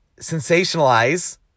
sensationalize